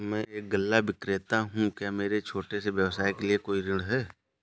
मैं एक गल्ला विक्रेता हूँ क्या मेरे छोटे से व्यवसाय के लिए कोई ऋण है?